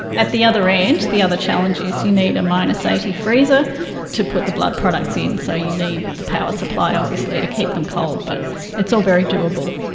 at the other end, the other challenge is you need a so eighty freezer to put the blood products in. so you need the power supply obviously to keep them cold. but it's all very doable.